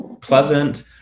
pleasant